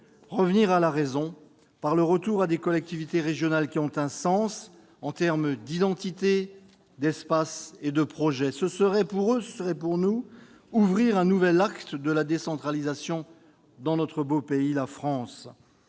revenir à la raison, grâce au retour à des collectivités régionales qui ont un sens en termes d'identité, d'espace et de projet. Ce serait pour eux, ce serait pour nous, ouvrir un nouvel acte de la décentralisation dans notre beau pays, la France